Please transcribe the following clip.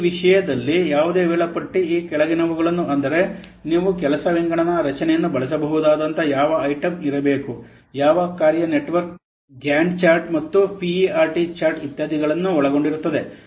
ಈ ವಿಷಯದಲ್ಲಿ ಯಾವುದೇ ವೇಳಾಪಟ್ಟಿ ಈ ಕೆಳಗಿನವುಗಳನ್ನು ಅಂದರೆ ನೀವು ಕೆಲಸ ವಿಂಗಡಣಾ ರಚನೆಯನ್ನು ಬಳಸಬಹುದಾದಂತಹ ಯಾವ ಐಟಂ ಇರಬೇಕು ಯಾವ ಕಾರ್ಯ ನೆಟ್ವರ್ಕ್ ಗ್ಯಾಂಟ್ ಚಾರ್ಟ್ ಮತ್ತು ಪಿಇಆರ್ ಟಿ ಚಾರ್ಟ್ ಇತ್ಯಾದಿಗಳನ್ನ ಒಳಗೊಂಡಿರುತ್ತದೆ